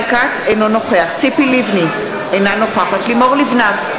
אינו נוכח ציפי לבני, אינה נוכחת לימור לבנת,